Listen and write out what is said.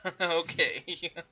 Okay